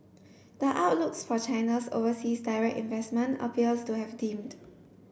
the outlooks for China's overseas direct investment appears to have dimmed